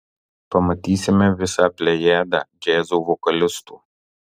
pamatysime visą plejadą džiazo vokalistų